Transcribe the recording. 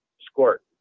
squirt